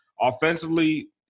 Offensively